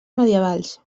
medievals